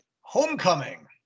Homecoming